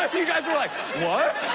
you guys were like, what,